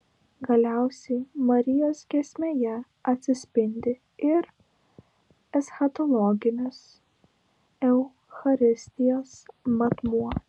galiausiai marijos giesmėje atsispindi ir eschatologinis eucharistijos matmuo